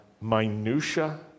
minutia